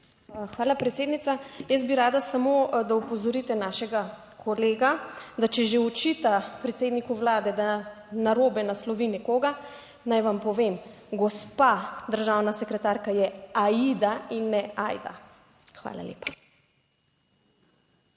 Hvala, predsednica. Jaz bi rada samo, da opozorite našega kolega, da če že očita predsedniku Vlade, da narobe naslovi nekoga, naj vam povem, gospa državna sekretarka je Aida in ne Ajda. Hvala lepa.